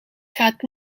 gaat